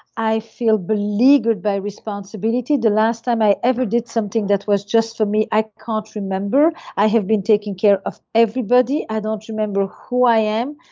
i feel beleaguered by responsibility the last time i ever did something that was just for me i can't remember, i have been taking care of everybody, i don't remember who i am,